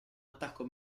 attacco